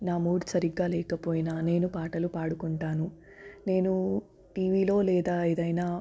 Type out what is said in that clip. నా మూడు సరిగా లేకపోయినా నేను పాటలు పాడుకుంటాను నేను టీవీలో లేదా ఏదైనా